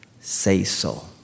say-so